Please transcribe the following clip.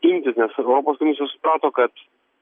imtis nes europos komisija suprato kad